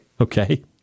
Okay